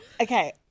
okay